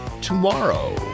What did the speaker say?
tomorrow